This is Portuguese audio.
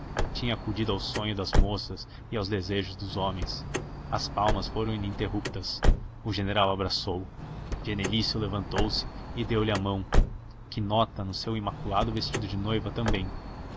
tinha acudido ao sonho das moças e aos desejos dos homens as palmas foram ininterruptas o general abraçou-o genelício levantou-se e deu-lhe a mão quinota no seu imaculado vestido de noiva também